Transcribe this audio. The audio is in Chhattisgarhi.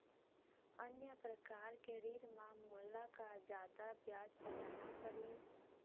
अन्य प्रकार के ऋण म मोला का जादा ब्याज पटाना पड़ही?